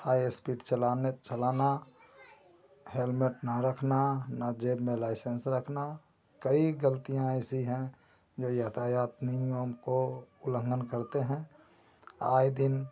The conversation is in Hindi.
हाई अस्पीड चलाने चलाना हेलमेट ना रखना ना जेब में लाइसेंस रखना कई गल्तियां ऐसी हैं जो यातायात नियम को उल्लंघन करते हैं